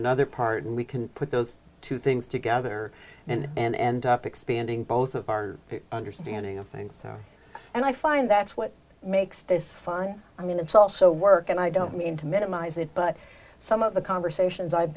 another part and we can put those two things together and and expanding both of our understanding of things and i find that's what makes this fun i mean it's also work and i don't mean to minimize it but some of the conversations i've